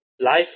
life